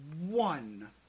one